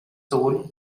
soul